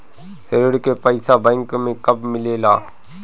ऋण के पइसा बैंक मे कब मिले ला?